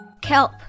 Kelp